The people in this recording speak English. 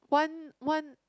one one